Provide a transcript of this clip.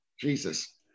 Jesus